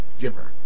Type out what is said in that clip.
giver